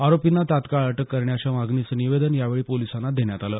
आरोपींना तत्काळ अटक करण्याच्या मागणीचं निवेदन यावेळी पोलिसांना देण्यात आलं